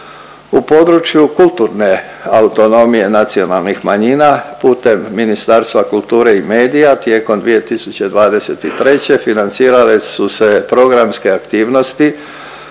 U području kulturne autonomije nacionalnih manjina putem Ministarstva kulture i medija tijekom 2023. financirale su se programske aktivnosti,